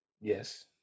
Yes